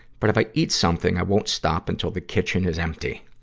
but if i eat something, i won't stop until the kitchen is empty.